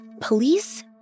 police